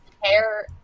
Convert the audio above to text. hair